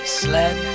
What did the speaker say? sled